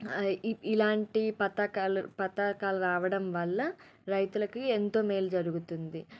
ఇ ఇలాంటి పథకాలు పథాకాలు రావడం వల్ల రైతులకి ఎంతో మేలు జరుగుతుంది